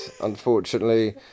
unfortunately